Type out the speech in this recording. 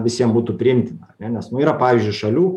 visiem būtų priimtina ar ne nes nu yra pavyzdžiui šalių